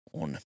on